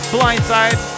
Blindside